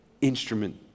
instrument